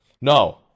No